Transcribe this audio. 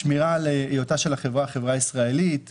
שמירה של היותה של החברה חברה ישראלית,